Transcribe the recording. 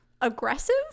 aggressive